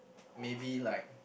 maybe like